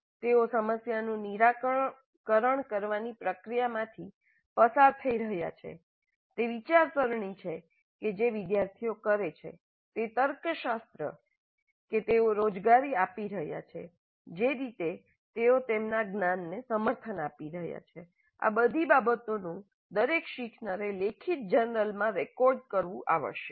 તેઓ સમસ્યાનું નિરાકરણ કરવાની પ્રક્રિયામાંથી પસાર થઈ રહ્યા છે તે વિચારસરણી કે જે વિદ્યાર્થીઓ કરે છે તે તર્કશાસ્ત્ર કે તેઓ રોજગારી આપી રહ્યા છે જે રીતે તેઓ તેમના જ્ઞાનને સમર્થન આપી રહ્યા છે આ બધી બાબતોનું દરેક શીખનારે લેખિત જર્નલમાં રેકોર્ડ કરવું આવશ્યક છે